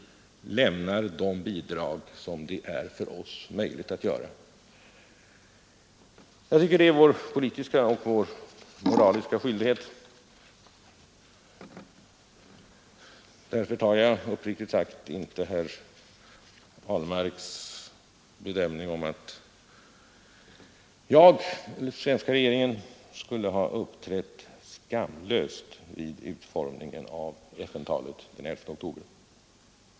Det är vår politiska och moraliska skyldighet. Därför tar jag uppriktigt sagt inte herr Ahlmarks bedömning att jag skulle ha uppträtt skamlöst vid utformningen av FN-talet den 11 oktober på allvar.